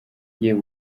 yewe